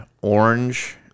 orange